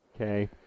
Okay